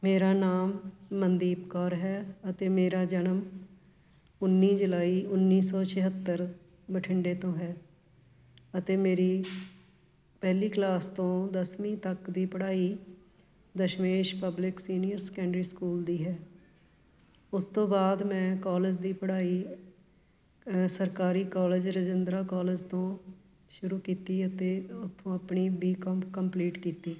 ਮੇਰਾ ਨਾਮ ਮਨਦੀਪ ਕੌਰ ਹੈ ਅਤੇ ਮੇਰਾ ਜਨਮ ਉੱਨੀ ਜੁਲਾਈ ਉੱਨੀ ਸੌ ਛਿਹੱਤਰ ਬਠਿੰਡੇ ਤੋਂ ਹੈ ਅਤੇ ਮੇਰੀ ਪਹਿਲੀ ਕਲਾਸ ਤੋਂ ਦਸਵੀਂ ਤੱਕ ਦੀ ਪੜ੍ਹਾਈ ਦਸ਼ਮੇਸ਼ ਪਬਲਿਕ ਸੀਨੀਅਰ ਸਕੂਲ ਦੀ ਹੈ ਉਸ ਤੋਂ ਬਾਅਦ ਮੈਂ ਕੋਲਿਜ ਦੀ ਪੜ੍ਹਾਈ ਸਰਕਾਰੀ ਕੋਲਿਜ ਰਜਿੰਦਰਾ ਕੋਲਿਜ ਤੋਂ ਸ਼ੁਰੂ ਕੀਤੀ ਅਤੇ ਉੱਥੋਂ ਆਪਣੀ ਬੀ ਕੋਮ ਕੰਪਲੀਟ ਕੀਤੀ